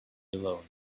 alone